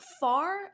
far